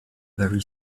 very